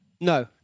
no